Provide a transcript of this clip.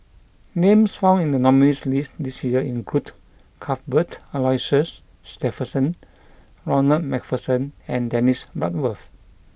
names found in the nominees' list this year include Cuthbert Aloysius Shepherdson Ronald MacPherson and Dennis Bloodworth